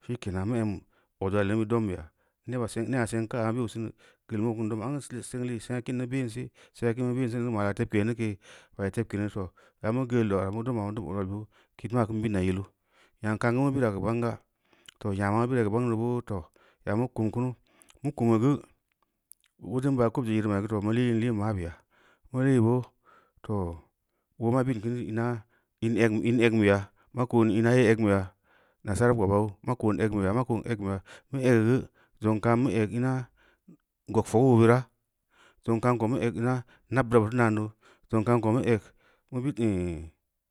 shikenan mu em odudbe mu bid dam beya heba seng nee seng kaya mu be’u senni geul muu kin doma amgu seng lee seng kin mu be’n see sengna kin mu be’n sinneu geu ma’ya tebke ni kee, bai tebkeri too yamu geulla mu dama mu dan odlualbe geu kid maa kin bidna yilu, nyam ka’am geu mu bira geu bang ga too, nyamo mu bira geu bangneu boo too yamu kum kumu mu launi geu myen ba kob-je-iireu ma’i geu bob mu lii in liin mabeya, mu lii boo too oo maa bidn kini ma in egn in eng beya ma ko’n ina yee egnbeya, nasara kpobau ma ko’n egubeya, ma ko’n egn beya, mu egeu geu, zong kam mu eg ina gog fogeu be bira, zong kanu mu eg ina gog fogeu be bira, zong kam noo, zong kam ko mu eg bid,